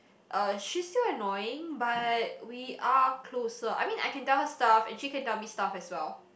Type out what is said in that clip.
uh she's still annoying but we are closer I mean I can tell her stuff and she can tell me stuff as well